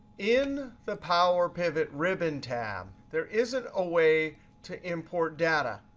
in the power pivot ribbon tab, there isn't a way to import data,